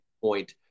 point